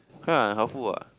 correct [what] helpful [what]